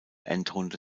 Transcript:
endrunde